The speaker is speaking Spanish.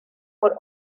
por